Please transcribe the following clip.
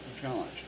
challenge